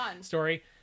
story